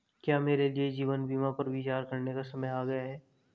क्या मेरे लिए जीवन बीमा पर विचार करने का समय आ गया है?